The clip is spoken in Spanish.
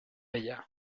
ella